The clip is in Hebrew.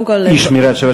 אי-שמירת שבת.